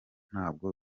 nabwo